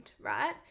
right